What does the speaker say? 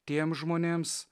tiems žmonėms